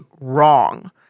wrong